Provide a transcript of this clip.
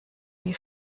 die